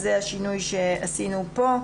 זה השינוי שעשינו כאן.